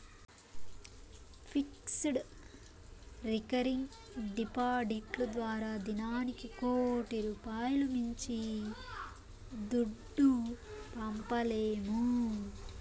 fixed, recurring డిపాడిట్లు ద్వారా దినానికి కోటి రూపాయిలు మించి దుడ్డు పంపలేము